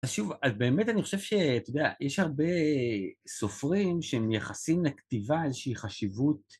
אז שוב, אז באמת אני חושב שאתה יודע, יש הרבה סופרים שהם מייחסים לכתיבה איזושהי חשיבות